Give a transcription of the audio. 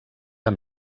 amb